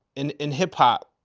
in in hip hop.